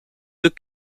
deux